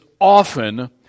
often